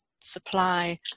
supply